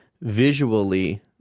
visually